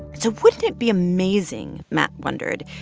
so wouldn't it be amazing, matt wondered,